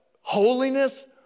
holiness